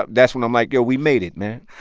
ah that's when i'm like, yo, we made it, man.